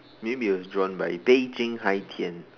maybe he was drawn by Beijing hai-tian